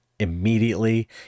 immediately